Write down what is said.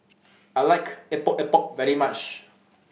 I like Epok Epok very much